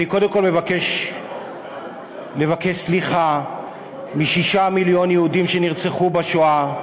אני קודם כול מבקש לבקש סליחה מ-6 מיליון יהודים שנרצחו בשואה,